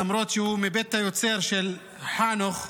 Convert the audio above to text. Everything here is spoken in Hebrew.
למרות שהוא מבית היוצר של חנוך והליכוד,